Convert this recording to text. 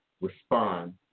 respond